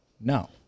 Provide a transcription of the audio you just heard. No